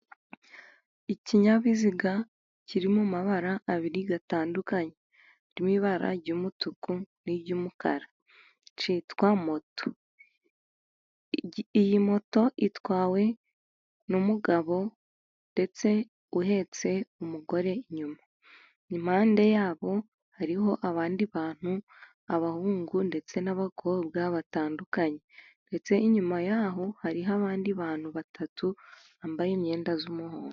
Ikinyabiziga kirimo amabara abiri atandukanye, harimo ibara ry'umutuku n'iy'umukara cyitwa moto, iyi moto itwawe n'umugabo ndetse uhetse umugore inyuma, impande yabo hariho abandi bantu, abahungu ndetse n'abakobwa batandukanye, ndetse inyuma yaho hariho abandi bantu batatu bambaye imyenda y'umuhondo